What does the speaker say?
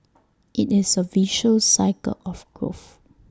IT is A virtuous cycle of growth